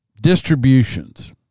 distributions